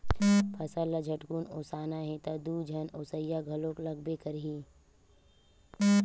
फसल ल झटकुन ओसाना हे त दू झन ओसइया घलोक लागबे करही